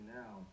now